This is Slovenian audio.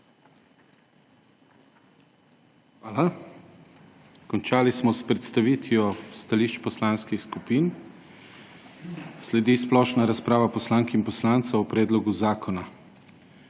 KRIVEC: Končali smo s predstavitvijo stališč poslanskih skupin. Sledi splošna razprava poslank in poslancev o predlogu zakona.